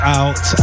out